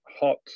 hot